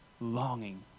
longing